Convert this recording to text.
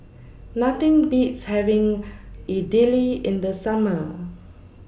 Nothing Beats having Idili in The Summer